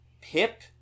Pip